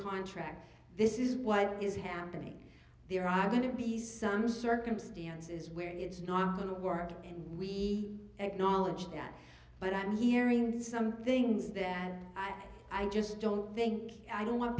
contract this is what is happening there are going to be some circumstances where it's not going to work and we acknowledge that but i'm hearing some things that i i just don't think i don't want